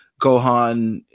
Gohan